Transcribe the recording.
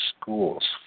schools